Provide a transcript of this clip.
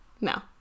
No